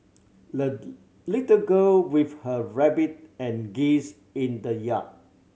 the little girl with her rabbit and geese in the yard